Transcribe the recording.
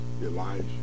Elijah